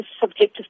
subjective